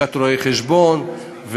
לשכת רואי-החשבון,